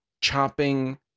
chopping